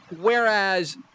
whereas –